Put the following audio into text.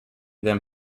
them